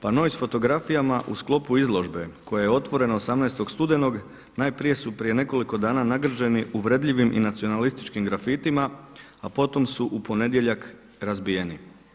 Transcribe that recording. Panoi s fotografijama u sklopu izložbe koja je otvorena 18. studenog najprije su prije nekoliko dana nagrđeni uvredljivim i nacionalističkim grafitima, a potom su u ponedjeljak razbijeni.